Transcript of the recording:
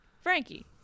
Frankie